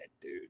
dude